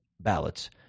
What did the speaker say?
ballots